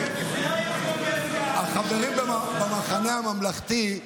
החברים במחנה הממלכתי,